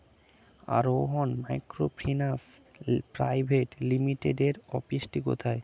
আরোহন microfinance private লিমিটেডের অফিসটি কোথায়?